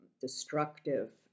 destructive